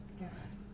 Yes